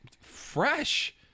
Fresh